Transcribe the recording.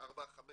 ארבע-חמש